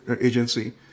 agency